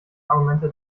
argumente